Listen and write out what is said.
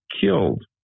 killed